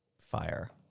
fire